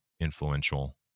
influential